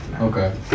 Okay